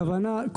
הכוונה,